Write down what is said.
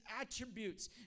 attributes